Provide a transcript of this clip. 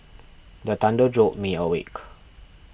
the thunder jolt me awake